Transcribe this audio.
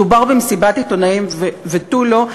מדובר במסיבת עיתונאים ותו לא.